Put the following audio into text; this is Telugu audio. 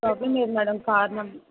ప్రాబ్లమ్ లేదు మేడం కార్ నెం